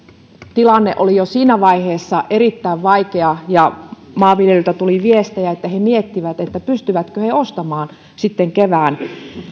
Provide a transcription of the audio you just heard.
tilanne oli jo siinä vaiheessa erittäin vaikea ja maanviljelijöiltä tuli viestejä että he miettivät pystyvätkö he ostamaan kevään